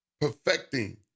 Perfecting